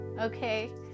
Okay